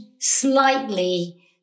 slightly